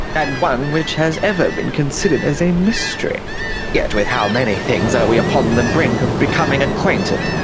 and one which has ever been considered as a mystery yet with how many things are we upon the brink of becoming acquainted,